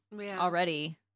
already